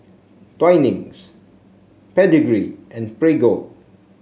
Twinings Pedigree and Prego